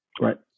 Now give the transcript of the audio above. Right